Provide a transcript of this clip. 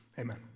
Amen